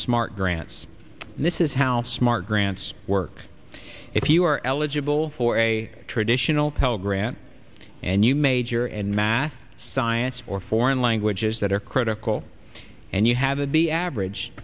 smart grants and this is how smart grants work if you're eligible for a traditional pell grant and you major in math some science or foreign languages that are critical and you have a b average